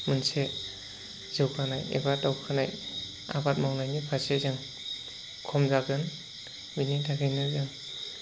मोनसे जौगानाय एबा दावखोनाय आबाद मावनायनि फारसे जों खम जागोन बेनि थाखायनो जों